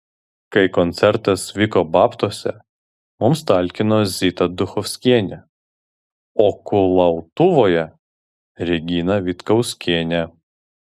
kai koncertas vyko babtuose mums talkino zita duchovskienė o kulautuvoje regina vitkauskienė